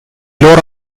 loro